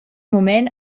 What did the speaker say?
mument